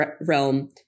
realm